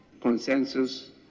consensus